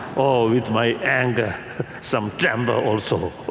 or with my anger some time but also